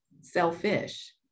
selfish